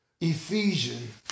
Ephesians